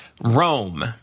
Rome